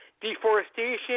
Deforestation